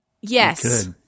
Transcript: Yes